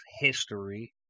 history